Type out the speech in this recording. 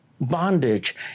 bondage